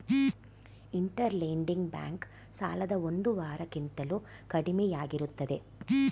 inter lending bank ಸಾಲದ ಒಂದು ವಾರ ಕಿಂತಲೂ ಕಡಿಮೆಯಾಗಿರುತ್ತದೆ